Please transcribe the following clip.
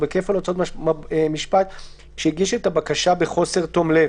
בכפל הוצאות משפט אם הגיש את הבקשה בחוסר תום לב.